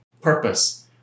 purpose